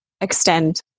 extend